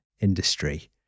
industry